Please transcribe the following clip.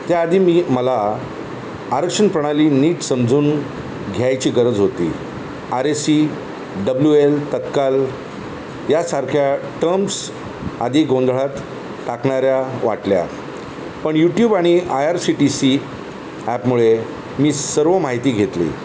त्याआधी मी मला आरक्षण प्रणाली नीट समजून घ्यायची गरज होती R A C W L Tatkal यासारख्या टर्म्स आधी गोंधळात टाकणाऱ्या वाटल्या पण यूट्यूब आणि I R C T C ॲपमुळे मी सर्व माहिती घेतली